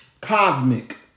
cosmic